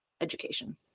education